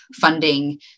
funding